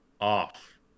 off